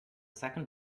second